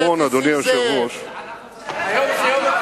היום זה היום שלא יעזור,